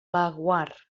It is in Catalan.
laguar